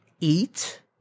eat